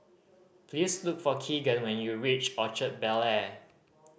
please look for Keagan when you reach Orchard Bel Air